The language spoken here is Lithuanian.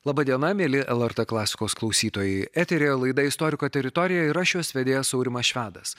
laba diena mieli lrt klasikos klausytojai eterio laidą istoriko teritorija ir aš jos vedėjas aurimas švedas